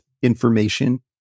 Information